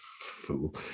fool